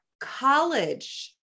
college